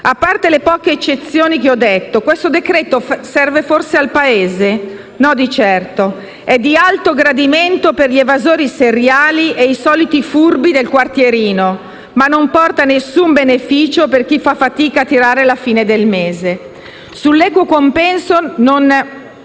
A parte le poche eccezioni che ho detto, questo decreto-legge serve forse al Paese? No, di certo. È di alto gradimento per gli evasori seriali e i soliti furbi del quartierino, ma non porta nessun beneficio per chi fa fatica a tirare la fine del mese. Sull'equo compenso siamo